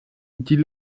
die